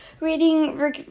reading